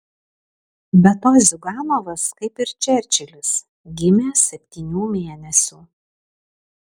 be to ziuganovas kaip ir čerčilis gimė septynių mėnesių